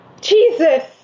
Jesus